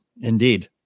indeed